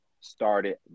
started